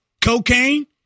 Cocaine